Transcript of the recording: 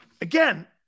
again